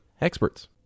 experts